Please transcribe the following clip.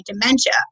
dementia